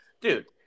Dude